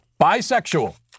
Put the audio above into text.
Bisexual